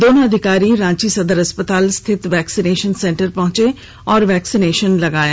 दोनों अधिकारी रांची सदर अस्पताल स्थित वैक्सीनेशन सेंटर पहंचे और वैक्सीनेशन कराया